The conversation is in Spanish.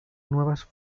nuevas